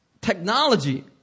Technology